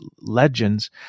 legends